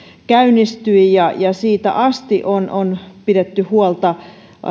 käynnistyi ja siitä asti on on pidetty huolta